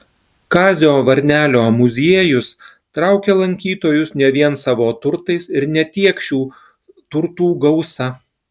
kazio varnelio muziejus traukia lankytojus ne vien savo turtais ir ne tiek šių turtų gausa